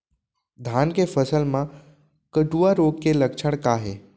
धान के फसल मा कटुआ रोग के लक्षण का हे?